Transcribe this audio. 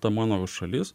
ta mano šalis